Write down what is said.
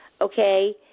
okay